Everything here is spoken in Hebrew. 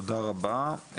תודה רבה.